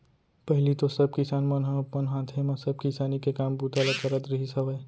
पहिली तो सब किसान मन ह अपन हाथे म सब किसानी के काम बूता ल करत रिहिस हवय